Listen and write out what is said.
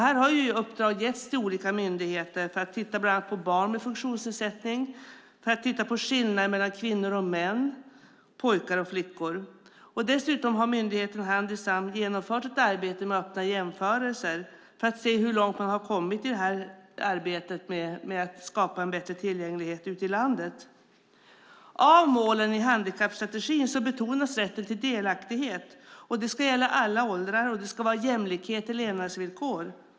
Här har uppdrag getts till olika myndigheter för att titta bland annat på barn med funktionsnedsättning och även se på skillnader mellan kvinnor och män, pojkar och flickor. Dessutom har myndigheten Handisam genomfört ett arbete med öppna jämförelser för att se hur långt man kommit i arbetet med att skapa en bättre tillgänglighet ute i landet. Av målen i handikappstrategin betonas rätten till delaktighet. Det ska gälla alla åldrar, och det ska vara jämlikhet i levnadsvillkor.